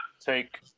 take